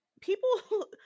people